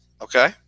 Okay